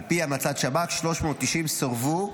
על פי המלצות שב"כ 390 סורבו,